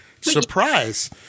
surprise